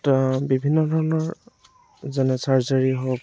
তাত বিভিন্ন ধৰণৰ যেনে ছাৰ্জাৰী হওক